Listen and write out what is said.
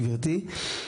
גבירתי.